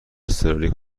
اضطراری